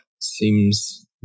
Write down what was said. seems